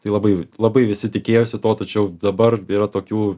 tai labai labai visi tikėjosi to tačiau dabar yra tokių